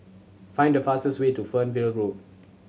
find the fastest way to Fernvale Road